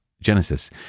Genesis